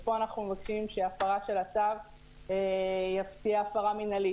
בעוד שפה אנחנו מבקשים שהפרה של הצו תהיה הפרה מינהלית.